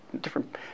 different